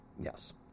Yes